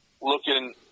looking